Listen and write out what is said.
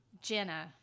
Jenna